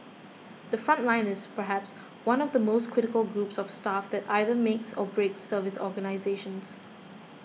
the front line is perhaps one of the most critical groups of staff that either makes or breaks service organisations